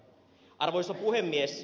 arvoisa puhemies